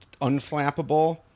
unflappable